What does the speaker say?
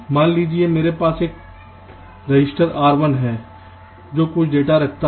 मान लीजिए कि मेरे पास एक रजिस्टर R1 है जो कुछ डेटा रखता है